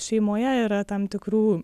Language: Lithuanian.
šeimoje yra tam tikrų